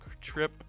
trip